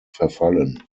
verfallen